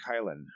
Kylan